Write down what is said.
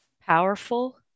Powerful